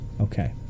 Okay